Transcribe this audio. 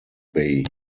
bay